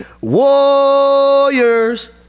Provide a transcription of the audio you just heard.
warriors